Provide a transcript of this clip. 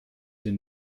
den